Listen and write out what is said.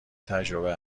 تجربه